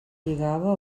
lligava